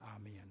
Amen